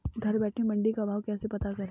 घर बैठे मंडी का भाव कैसे पता करें?